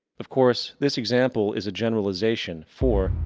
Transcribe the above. of course, this example is a generalization. for,